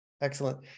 Excellent